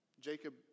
Jacob